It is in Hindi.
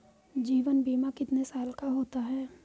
जीवन बीमा कितने साल का होता है?